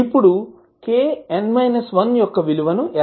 ఇప్పుడు kn 1 యొక్క విలువను ఎలా కనుగొనాలి